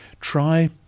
Try